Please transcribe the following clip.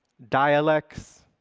dialects,